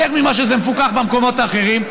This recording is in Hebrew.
יותר ממה שזה מפוקח במקומות האחרים,